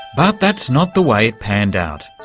but that's not the way it panned out.